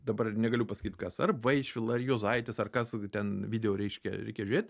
dabar ir negaliu pasakyt kas ar vaišvila ar juozaitis ar kas ten video reiškia reikia žiūrėt